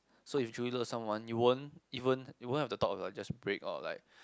so if you truly love someone you won't you won't you won't have the thought of like just break or like